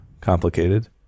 complicated